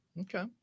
Okay